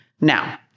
Now